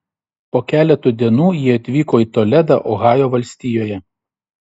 po keleto dienų jie atvyko į toledą ohajo valstijoje